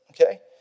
okay